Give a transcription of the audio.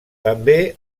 també